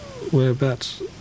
Whereabouts